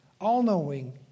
all-knowing